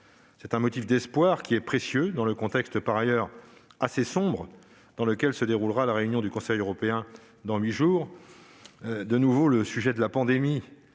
précieux motif d'espoir, vu le contexte par ailleurs assez sombre dans lequel se déroulera la réunion du Conseil européen dans huit jours. De nouveau, le sujet de la pandémie